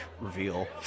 reveal